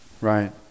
right